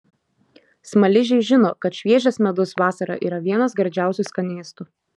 smaližiai žino kad šviežias medus vasarą yra vienas gardžiausių skanėstų